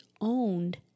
owned